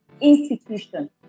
institution